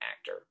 actor